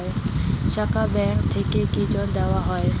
শাখা ব্যাংক থেকে কি ঋণ দেওয়া হয়?